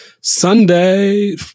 Sunday